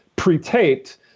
Pre-taped